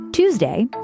Tuesday